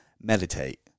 meditate